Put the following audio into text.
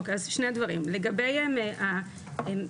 מיטל בן גיגי אוקיי אז שני דברים.